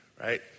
right